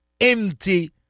empty